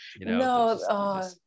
no